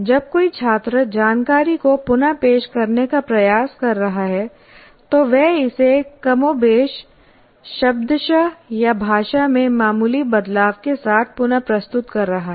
जब कोई छात्र जानकारी को पुन पेश करने का प्रयास कर रहा है तो वह इसे कमोबेश शब्दशः या भाषा में मामूली बदलाव के साथ पुन प्रस्तुत कर रहा है